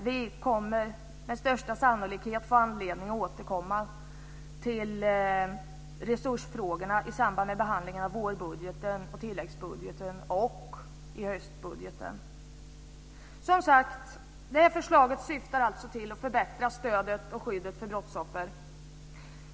Vi kommer med största sannolikhet att få anledning att återkomma till resursfrågorna i samband med behandlingen av vårbudgeten och tilläggsbudgeten och i höstbudgeten. Det här förslaget syftar alltså till att förbättra stödet och skyddet för brottsoffer.